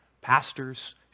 pastors